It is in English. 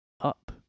up